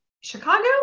chicago